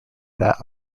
that